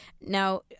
Now